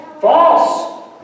False